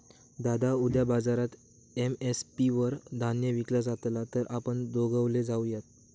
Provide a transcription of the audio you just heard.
दादा उद्या बाजारात एम.एस.पी वर धान्य विकला जातला तर आपण दोघवले जाऊयात